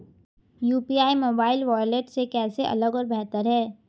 UPI mobile wallet से कैसे अलग और बेहतर है?